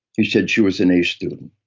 he said, she was an a student.